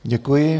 Děkuji.